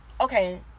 okay